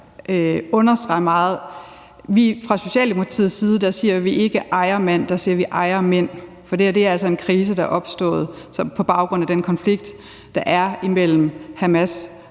understrege, at vi fra Socialdemokratiets side ikke siger ejermand, men vi siger ejermænd, for det her er altså en krise, der er opstået på baggrund af den konflikt, der er imellem Hamas